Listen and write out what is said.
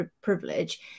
privilege